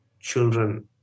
children